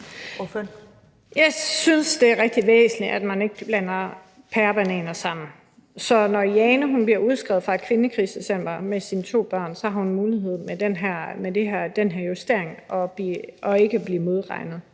Jeg synes, det er rigtig væsentligt, at man ikke blander pærer og bananer sammen. Så når Jane bliver udskrevet fra et kvindekrisecenter med sine to børn, har hun med den her justering muligheden for ikke at blive modregnet.